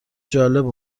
جالب